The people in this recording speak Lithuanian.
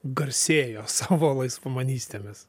garsėjo savo laisvamanystėmis